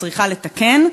צריכה לתקן,